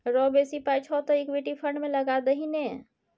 रौ बेसी पाय छौ तँ इक्विटी फंड मे लगा दही ने